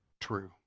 true